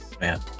Man